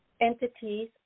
entities